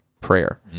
prayer